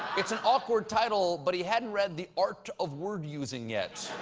it's an awkward title but he hadn't read the art of word using yet.